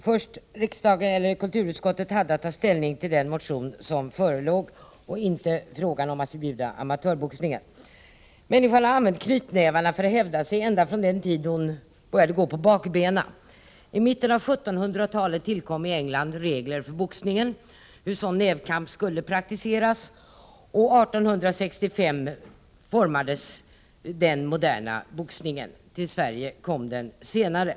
Fru talman! Först: Kulturutskottet hade att ta ställning till den motion som förelåg och inte till frågan om att förbjuda amatörboxningen. Människan har använt knytnävarna för att hävda sig ända från den tid då hon började gå på bakbenen. I mitten av 1700-talet tillkom i England regler för boxningen — hur sådan nävkamp skulle praktiseras — och 1865 formades den moderna boxningen. Till Sverige kom den senare.